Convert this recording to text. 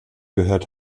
gehört